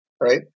right